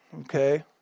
okay